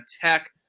Tech